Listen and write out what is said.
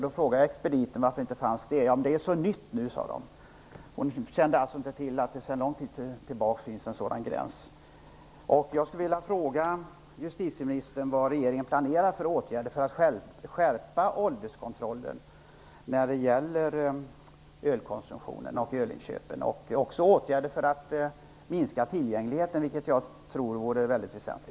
Jag frågade expediten varför det inte fanns någon sådan. Då sade hon: Det är så nytt. Hon kände inte till att det sedan lång tid tillbaka finns en sådan gräns.